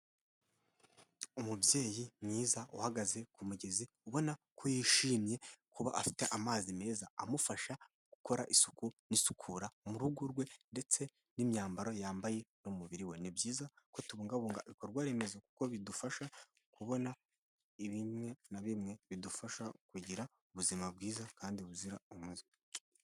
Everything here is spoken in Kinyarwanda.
Umubyeyi mwiza uhagaze ku mugezi ubona ko yishimye kuba afite amazi meza amufasha gukora isuku n'isukura mu rugo rwe ndetse n'imyambaro yambaye n'umubiri we. Ni byiza kubungabunga ibikorwa remezo kuko bidufasha kubona bimwe na bimwe bidufasha kugira ubuzima bwiza kandi buzira umuze.